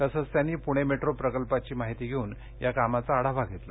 तसच त्यांनी पुणे मेट्रो प्रकल्पाची माहिती घेवून या कामाचा आढावा घेतला